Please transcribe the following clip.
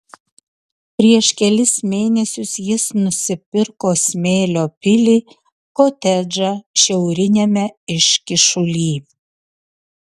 prieš kelis mėnesius jis nusipirko smėlio pilį kotedžą šiauriniame iškyšuly